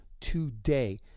today